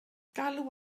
galw